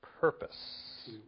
Purpose